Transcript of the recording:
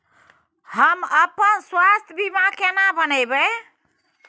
हम अपन स्वास्थ बीमा केना बनाबै?